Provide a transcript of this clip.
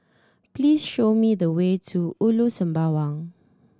please show me the way to Ulu Sembawang